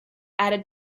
added